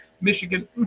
Michigan